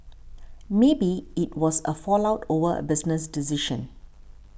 maybe it was a fallout over a business decision